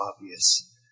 obvious